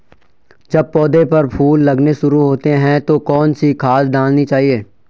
जब पौधें पर फूल लगने शुरू होते हैं तो कौन सी खाद डालनी चाहिए?